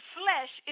flesh